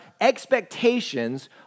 expectations